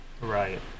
Right